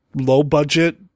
low-budget